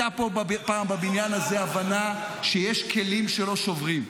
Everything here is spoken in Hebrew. הייתה פה פעם בבניין הזה הבנה שיש כלים שלא שוברים,